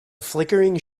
flickering